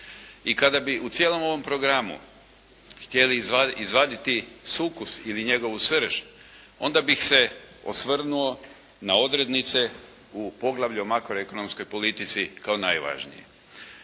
I kad bi u cijelom ovom programu htjeli izvaditi sukus ili njegovu srž onda bih se osvrnuo na odrednice u poglavlju makro-ekonomskoj politici kao najvažnije.